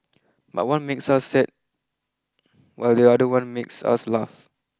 but one makes us sad while the other one makes us laugh